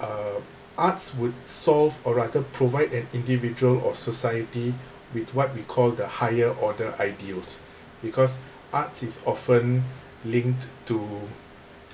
uh arts would solve or rather provide an individual or society with what we call the higher order ideals because art is often linked to